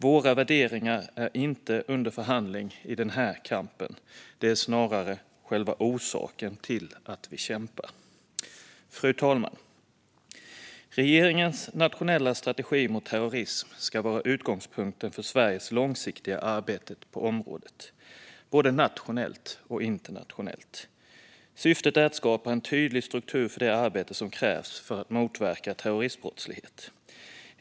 Våra värderingar är inte under förhandling i den här kampen. De är snarare själva orsaken till att vi kämpar. Fru talman! Regeringens nationella strategi mot terrorism ska vara utgångspunkten för Sveriges långsiktiga arbete på området, både nationellt och internationellt. Syftet är att skapa en tydlig struktur för det arbete som krävs för att motverka terroristbrottslighet.